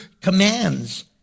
commands